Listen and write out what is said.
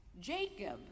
Jacob